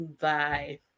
bye